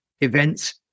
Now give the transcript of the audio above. events